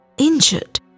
Injured